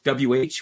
wh